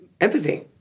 empathy